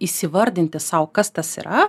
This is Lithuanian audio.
įvardinti sau kas tas yra